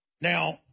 Now